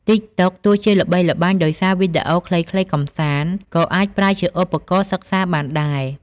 តិកតុក ទោះជាល្បីល្បាញដោយសារវីដេអូខ្លីៗកម្សាន្ត ក៏អាចប្រើជាឧបករណ៍សិក្សាបានដែរ។